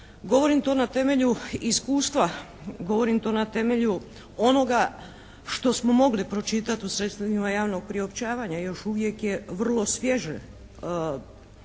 Govorim to na temelju iskustva, govorim to na temelju onoga što smo mogli pročitati u sredstvima javnog priopćavanja i još uvijek je vrlo svježe